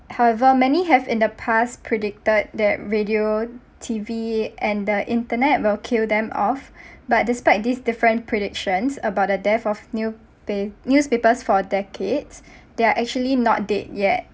however many have in the past predicted that radio T_V and the internet will kill them off but despite this different predictions about the death of newpa~ newspapers for decades they are actually not dead yet